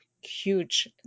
huge